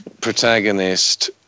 protagonist